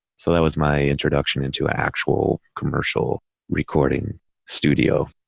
so that was my introduction into actual commercial recording studio.